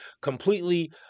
completely